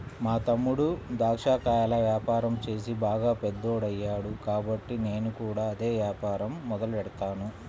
మా తమ్ముడు దాచ్చా కాయల యాపారం చేసి బాగా పెద్దోడయ్యాడు కాబట్టి నేను కూడా అదే యాపారం మొదలెట్టాల